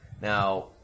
Now